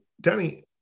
Danny